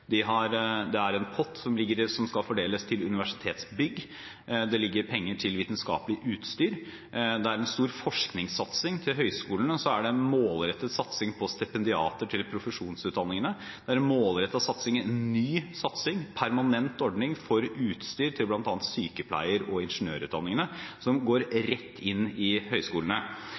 Det er en pott som skal fordeles til universitetsbygg, det ligger penger til vitenskapelig utstyr, det er en stor forskningssatsing. Når det gjelder høyskolene, er det en målrettet satsing på stipendiater til profesjonsutdanningene, det er en ny satsing – en permanent ordning – på utstyr til bl.a. sykepleier- og ingeniørutdanningene, som går rett